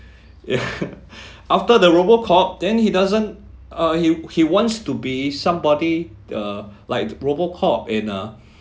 after the robocop then he doesn't uh he w~ he wants to be somebody the like robocop in uh